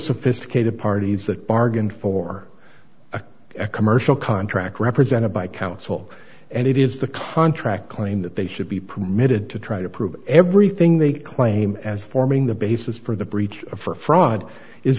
sophisticated parties that bargained for a commercial contract represented by counsel and it is the contract claim that they should be permitted to try to prove everything they claim as forming the basis for the breach for fraud is